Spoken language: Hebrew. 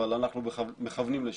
אבל אנחנו מכוונים לשם.